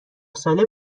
ساله